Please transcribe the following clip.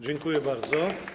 Dziękuję bardzo.